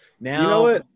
now